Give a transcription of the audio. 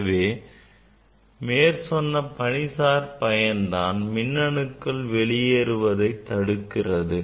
எனவே மேற்சொன்ன பணிசார் பயன்தான் மின்னணுக்கள் வெளியேறுவதை தடுக்கிறது